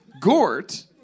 Gort